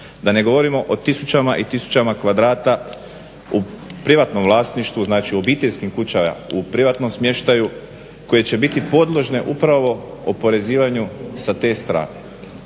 Da ne govorimo o tisućama i tisućama kvadrata u privatnom vlasništvu, znači u obiteljskim kućama u privatnom smještaju koje će biti podložne upravo oporezivanju sa te strane.